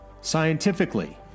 scientifically